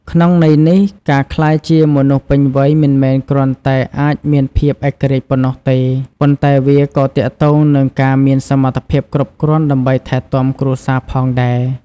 ក្នុងន័យនេះ ការក្លាយជាមនុស្សពេញវ័យមិនមែនគ្រាន់តែអាចមានភាពឯករាជ្យប៉ុណ្ណោះទេ ប៉ុន្តែវាក៏ទាក់ទងនឹងការមានសមត្ថភាពគ្រប់គ្រាន់ ដើម្បីថែទាំគ្រួសារផងដែរ។